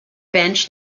bench